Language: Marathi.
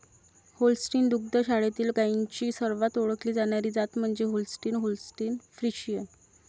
होल्स्टीन दुग्ध शाळेतील गायींची सर्वात ओळखली जाणारी जात म्हणजे होल्स्टीन होल्स्टीन फ्रिशियन